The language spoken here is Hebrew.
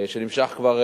שנמשך כבר